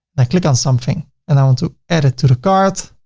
i click on something and i want to add it to the cart,